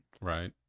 Right